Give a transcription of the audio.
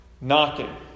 knocking